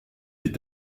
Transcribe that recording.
des